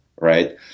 right